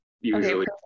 usually